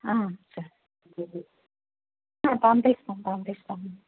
సరే పంపిస్తాము పంపిస్తాము